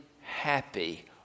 happy